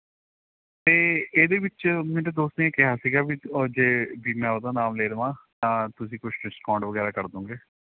ਅਤੇ ਇਹਦੇ ਵਿੱਚ ਮੇਰੇ ਦੋਸਤ ਨੇ ਕਿਹਾ ਸੀ ਵੀ ਜੇ ਵੀ ਮੈਂ ਉਹਦਾ ਨਾਮ ਲੈ ਦੇਵਾਂ ਤਾਂ ਤੁਸੀਂ ਕੁਝ ਡਿਸਕਾਊਂਟ ਵਗੈਰਾ ਕਰ ਦੋਂਗੇ